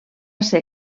ser